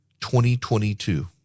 2022